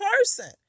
person